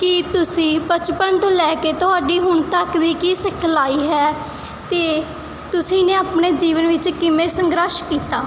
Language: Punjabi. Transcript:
ਕਿ ਤੁਸੀਂ ਬਚਪਨ ਤੋਂ ਲੈ ਕੇ ਤੁਹਾਡੀ ਹੁਣ ਤੱਕ ਦੀ ਕੀ ਸਿਖਲਾਈ ਹੈ ਅਤੇ ਤੁਸੀਂ ਨੇ ਆਪਣੇ ਜੀਵਨ ਵਿੱਚ ਕਿਵੇਂ ਸੰਘਰਸ਼ ਕੀਤਾ